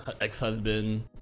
ex-husband